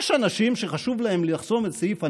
יש אנשים שחשוב להם לחסום את סעיף הנכד,